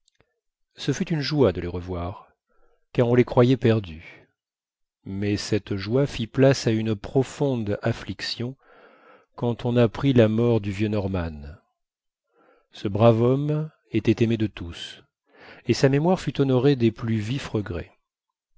ce fut une joie de les revoir car on les croyait perdus mais cette joie fit place à une profonde affliction quand on apprit la mort du vieux norman ce brave homme était aimé de tous et sa mémoire fut honorée des plus vifs regrets